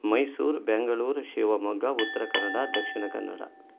Mysore Bangalore Shivamogga Uttara Kannada Dakshina Kannada